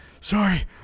sorry